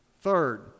Third